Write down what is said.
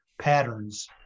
patterns